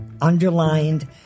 underlined